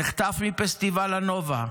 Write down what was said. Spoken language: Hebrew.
נחטף מפסטיבל הנובה,